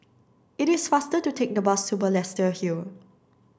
it is faster to take the bus to Balestier Hill